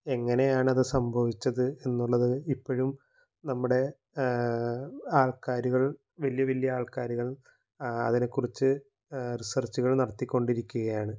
എങ്ങനെയാണ് അത് സംഭവിച്ചത് എന്നുള്ളത് ഇപ്പോഴും നമ്മുടെ ആൾക്കാരുകൾ വലിയ വലിയ ആൾക്കാരുകൾ അതിനെക്കുറിച്ച് റിസർച്ചുകൾ നടത്തിക്കൊണ്ടിരിക്കുകയാണ്